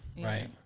Right